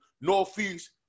Northeast